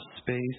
space